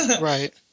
Right